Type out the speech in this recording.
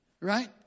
right